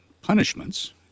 punishments